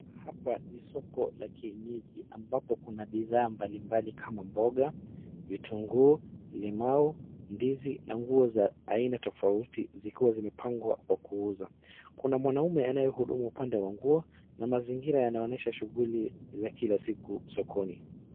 Hapa ni soko la kienyeji ambapo kuna bidhaa mbali mbali kama mboga, vitunguu, limau, ndizi na nguo za aina tofauti zikiwa zimepangwa kwa kuuza kuna mwanaume anayehudumu upande wa nguo na mazingira yanaonyesha shughuli za kila siku sokoni.